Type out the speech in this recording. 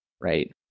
right